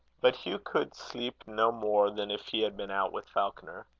but hugh could sleep no more than if he had been out with falconer.